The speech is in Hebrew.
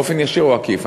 באופן ישיר או עקיף,